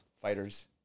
fighters